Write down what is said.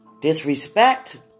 disrespect